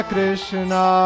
Krishna